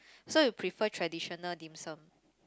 so you prefer traditional Dim-Sum